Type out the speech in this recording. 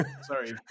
sorry